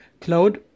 Cloud